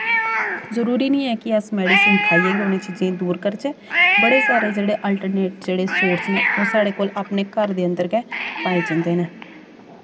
जरुरी निं ऐ कि अस मैडिसन खाइयै गै उ'नें चीजें गी दूर करचै बड़े सारे जेह्ड़े आल्टरनेट जेह्ड़े ओह् साढ़े कोला अपने घर दे अंदर गै पाए जंदे न